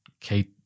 Kate